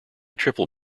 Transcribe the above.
triple